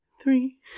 three